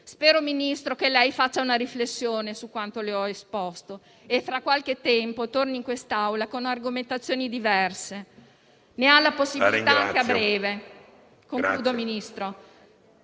Spero che lei faccia una riflessione su quanto le ho esposto, Ministro, e tra qualche tempo torni in quest'Aula con argomentazioni diverse; ne ha la possibilità anche a breve con la prossima